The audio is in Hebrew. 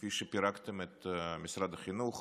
כפי שפירקתם את משרד החינוך